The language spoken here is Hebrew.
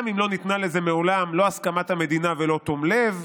גם אם לא ניתנה לזה מעולם לא הסכמת המדינה ולא תום לב.